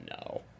no